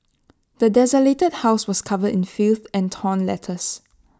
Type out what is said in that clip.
the desolated house was covered in filth and torn letters